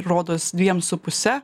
rodos dviem su puse